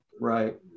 Right